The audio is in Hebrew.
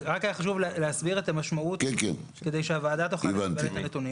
רק היה חשוב להסביר את המשמעות כדי שהוועדה תוכל לקבל את הנתונים